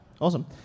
Awesome